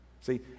see